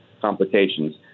complications